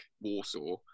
Warsaw